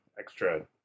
Extra